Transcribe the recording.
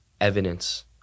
evidence